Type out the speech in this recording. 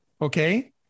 Okay